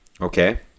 Okay